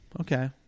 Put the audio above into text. okay